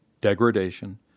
Degradation